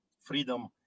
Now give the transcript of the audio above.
Freedom